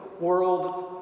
world